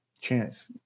chance